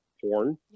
porn